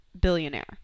Billionaire